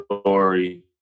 story